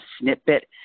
snippet